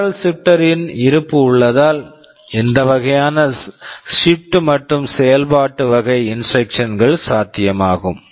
barrel shifter barrel shifter ன் இருப்பு உள்ளதால் இந்த வகையான ஷிப்ட் shift மற்றும் செயல்பாட்டு வகை இன்ஸ்ட்ரக்க்ஷன் instruction கள் சாத்தியமாகும்